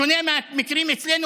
בשונה מהמקרים אצלנו,